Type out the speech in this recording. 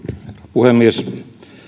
puhemies